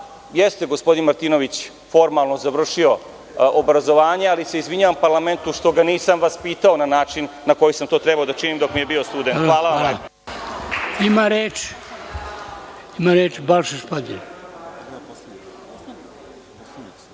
jeste gospodin Martinović formalno završio obrazovanje, ali se izvinjavam parlamentu što ga nisam vaspitao na način na koji sam to trebao da činim dok mi je bio student. Hvala. **Dragoljub